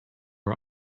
our